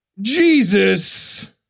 Jesus